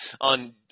on